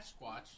Squatch